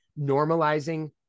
normalizing